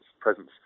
presence